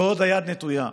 ועוד היד נטויה.